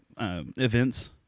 events